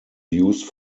used